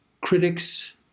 critics